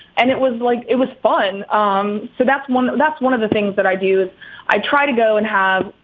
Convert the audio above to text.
and it was like it was fun. um so that's one that's one of the things that i do is i try to go and have,